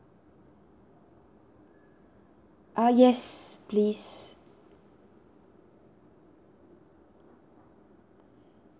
ah yes please